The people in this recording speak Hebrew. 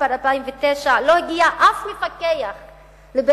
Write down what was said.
בספטמבר 2009 לא הגיע אף מפקח לבית-הספר.